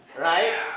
right